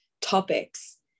topics